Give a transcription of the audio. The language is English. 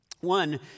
One